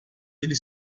ele